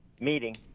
meeting